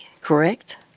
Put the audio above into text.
correct